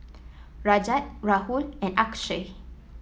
Rajat Rahul and Akshay